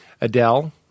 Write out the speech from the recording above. Adele